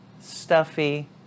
stuffy